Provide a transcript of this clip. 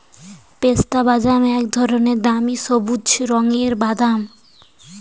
পেস্তাবাদাম এক ধরনের দামি সবুজ রঙের বাদাম